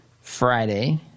Friday